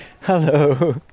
Hello